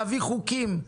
להביא חוקים,